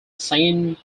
saint